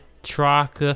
track